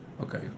Okay